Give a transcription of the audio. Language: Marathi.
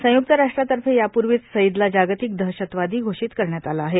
संय्क्त राष्ट्रातर्फे याप्र्वीच सईदला जागतीक दहशतवादी घोषित करण्यात आलं आहे